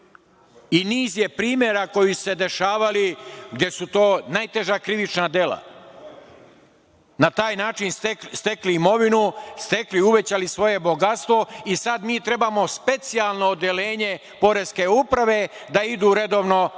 Niz je primera koji su se dešavali gde su to najteža krivična dela, na taj način stekli imovinu, stekli, uvećali svoje bogatstvo i sad mi treba specijalno odeljenje Poreske uprave da idu redovno na